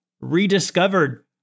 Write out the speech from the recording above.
rediscovered